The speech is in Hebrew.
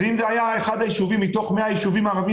אם זה היה אחד מתוך היישובים הערביים